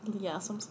Yes